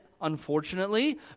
unfortunately